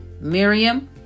Miriam